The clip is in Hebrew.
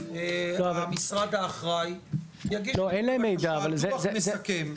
המשרד האחראי יגיש לנו בבקשה דוח מסכם.